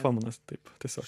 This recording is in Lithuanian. fominas taip tiesiog